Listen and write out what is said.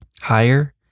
higher